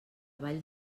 vall